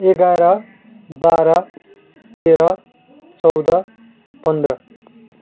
एघार बाह्र तेह्र चौध पन्ध्र